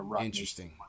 Interesting